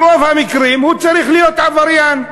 ברוב המקרים הוא צריך להיות עבריין,